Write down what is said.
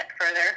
further